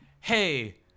Hey